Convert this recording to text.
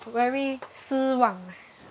very 失望 ah